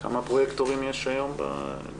כמה פרוייקטורים יש היום ברשויות?